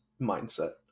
mindset